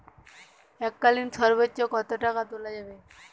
এককালীন সর্বোচ্চ কত টাকা তোলা যাবে?